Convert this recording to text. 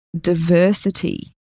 diversity